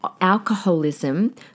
alcoholism